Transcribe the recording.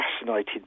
fascinated